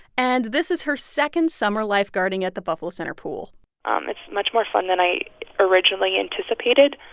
and this is her second summer lifeguarding at the buffalo center pool um it's much more fun than i originally anticipated.